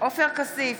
עופר כסיף,